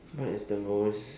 what is the most